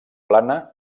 plana